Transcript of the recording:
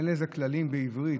אין לזה כללים בעברית,